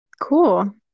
cool